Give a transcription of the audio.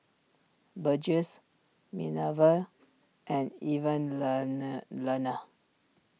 Burgess Minervia and